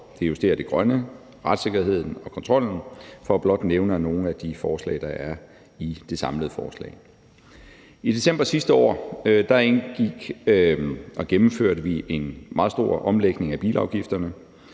Det justerer det grønne, retssikkerheden og kontrollen, for blot at nævne nogle af de elementer, der er i det samlede forslag. I december sidste år gennemførte vi en meget stor omlægning af bilafgifterne,